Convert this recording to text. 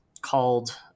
called